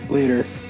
Leaders